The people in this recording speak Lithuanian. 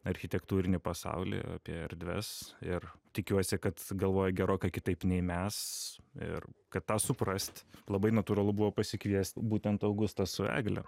architektūrinį pasaulį apie erdves ir tikiuosi kad galvoja gerokai kitaip nei mes ir kad tą suprasti labai natūralu buvo pasikviesti būtent augustą su egle